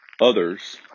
others